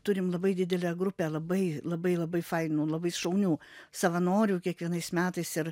turime labai didelę grupę labai labai labai fainų labai šaunių savanorių kiekvienais metais ir